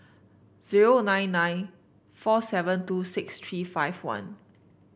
zero nine nine four seven two six three five one